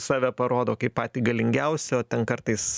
save parodo kaip patį galingiausią o ten kartais